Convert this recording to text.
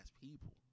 people